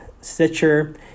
Stitcher